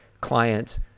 clients